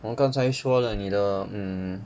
我们刚才说了你的 mm